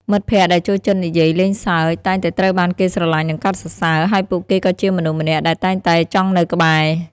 មិត្តភក្តិដែលចូលចិត្តនិយាយលេងសើចតែងតែត្រូវបានគេស្រឡាញ់និងកោតសរសើរ ហើយពួកគេក៏ជាមនុស្សម្នាក់ដែលអ្នកតែងតែចង់នៅក្បែរ។